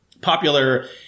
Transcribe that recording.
popular